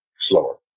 slower